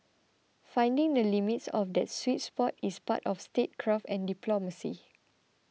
finding the limits of that sweet spot is part of statecraft and diplomacy